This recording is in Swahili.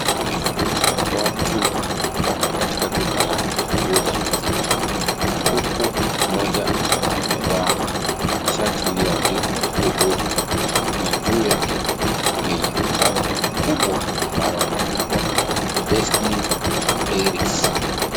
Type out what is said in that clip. Watu wapo katika duka la kuuza maziwa. Huku moja amevaa shati lililoandikwa Uhuru, na juu yake ni bango kubwa mbalo limeandikwa Destiny Diaries .